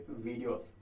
videos